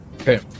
Okay